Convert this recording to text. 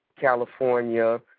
California